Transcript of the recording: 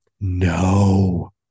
No